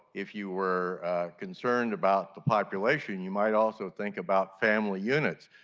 if you were concerned about the population you might also think about family units.